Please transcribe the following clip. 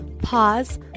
Pause